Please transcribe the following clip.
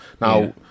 Now